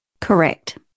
Correct